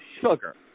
sugar